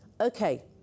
okay